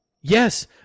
Yes